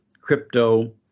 crypto